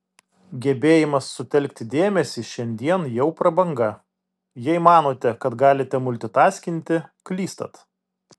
gebėjimas sutelkti dėmesį šiandien jau prabanga jei manote kad galite multitaskinti klystat